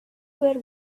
were